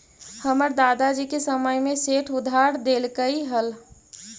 हमर दादा जी के समय में सेठ उधार देलकइ हल